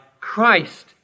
Christ